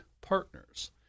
partners